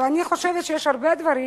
ואני חושבת שיש הרבה דברים